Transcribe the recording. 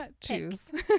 choose